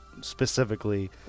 specifically